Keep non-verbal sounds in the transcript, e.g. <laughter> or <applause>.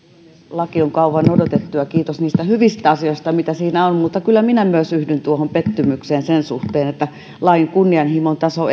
laki on kauan odotettu ja kiitos niistä hyvistä asioista mitä siinä on mutta kyllä myös minä yhdyn tuohon pettymykseen sen suhteen että lain kunnianhimon taso <unintelligible>